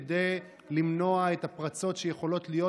כדי למנוע את הפרצות שיכולות להיות,